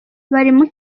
buri